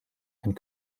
and